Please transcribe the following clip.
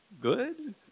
good